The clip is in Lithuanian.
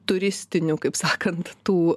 turistinių kaip sakant tų